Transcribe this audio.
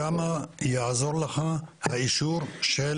כמה יעזור לך האישור של